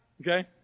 Okay